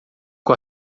com